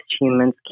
humans